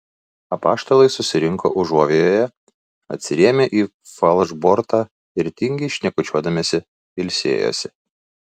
apaštalai susirinko užuovėjoje atsirėmę į falšbortą ir tingiai šnekučiuodamiesi ilsėjosi